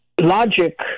logic